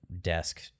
desk